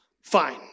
fine